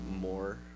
more